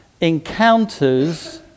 encounters